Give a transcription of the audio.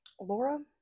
Laura